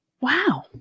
Wow